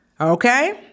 Okay